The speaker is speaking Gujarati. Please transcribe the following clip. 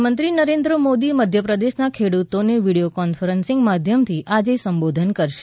પ્રધાનમંત્રી નરેન્દ્ર મોદી મધ્યપ્રદેશના ખેડૂતોને વિડિથો કોન્ફરન્સીંગ માધ્યમથી આજે સંબોધન કરશે